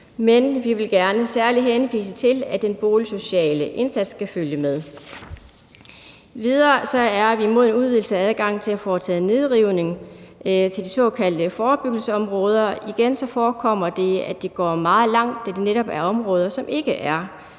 men vi vil gerne særlig henvise til, at den boligsociale indsats skal følge med. Endvidere er vi imod en udvidelse af adgangen til at foretage nedrivning i de såkaldte forebyggelsesområder. Igen forekommer det, at det går meget langt, da det netop er områder, som ikke er